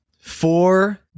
Four